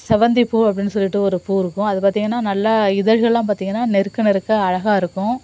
செவ்வந்திப்பூ அப்படின்னு சொல்லிவிட்டு ஒரு பூ இருக்கும் அது பார்த்தீங்கன்னா நல்லா இதழ்கள்லாம் பார்த்தீங்கன்னா நெருக்க நெருக்க அழகாக இருக்கும்